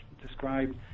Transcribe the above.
described